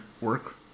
work